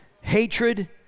hatred